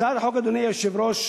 הצעת החוק, אדוני היושב-ראש,